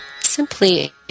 simply